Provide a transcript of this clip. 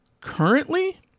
currently